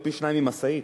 או פי-שניים ממשאית.